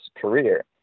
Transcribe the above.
career